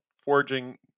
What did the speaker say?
forging